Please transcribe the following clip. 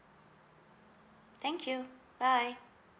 thank you bye